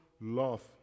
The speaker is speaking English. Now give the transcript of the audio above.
love